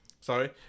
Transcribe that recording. sorry